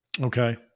Okay